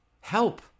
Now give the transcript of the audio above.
help